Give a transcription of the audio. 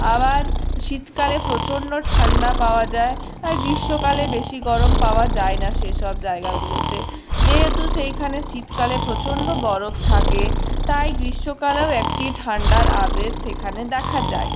আবার শীতকালে প্রচন্ড ঠান্ডা পাওয়া যায় আর গ্রীষ্মকালে বেশি গরম পাওয়া যায় না সেসব জায়গাগুলোতে যেহেতু সেইখানে শীতকালে প্রচন্ড বরফ থাকে তাই গ্রীষ্মকালেও একটি ঠান্ডার আবেশ সেখানে দেখা যায়